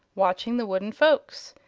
watching the wooden folks.